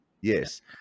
yes